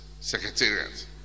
Secretariat